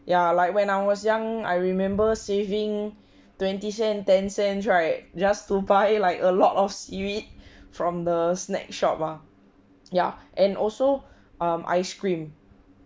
ya like when I was young I remember saving twenty cent ten cent right just to buy like a lot of seaweed from the snack shop ah yah and also um ice cream